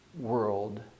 world